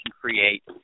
create